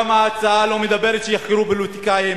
גם ההצעה לא מדברת על כך שיחקרו פוליטיקאים,